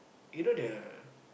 you know the